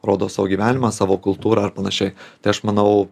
rodo savo gyvenimą savo kultūrą ar panašiai tai aš manau